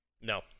No